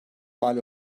mal